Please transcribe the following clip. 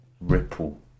Ripple